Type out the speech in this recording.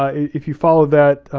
if you follow that,